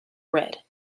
bread